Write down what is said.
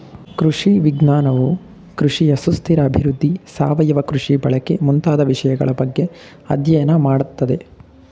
ಕೃಷಿ ವಿಜ್ಞಾನವು ಕೃಷಿಯ ಸುಸ್ಥಿರ ಅಭಿವೃದ್ಧಿ, ಸಾವಯವ ಕೃಷಿ ಬಳಕೆ ಮುಂತಾದ ವಿಷಯಗಳ ಬಗ್ಗೆ ಅಧ್ಯಯನ ಮಾಡತ್ತದೆ